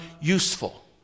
useful